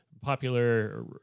popular